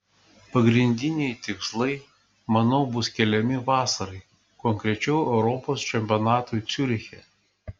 pagrindiniai tikslai manau bus keliami vasarai konkrečiau europos čempionatui ciuriche